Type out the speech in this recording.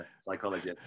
psychologist